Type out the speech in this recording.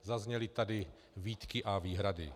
Zazněly tady výtky a výhrady.